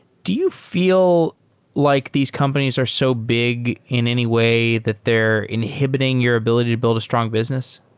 do you feel like these companies are so big in any way that they're inhibiting your ability to build a strong business?